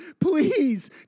please